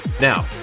Now